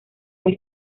muy